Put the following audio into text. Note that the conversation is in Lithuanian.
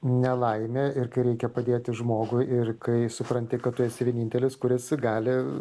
nelaimė ir kai reikia padėti žmogui ir kai supranti kad tu esi vienintelis kuris gali